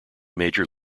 major